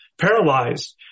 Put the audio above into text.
paralyzed